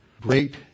Great